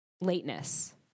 lateness